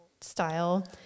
style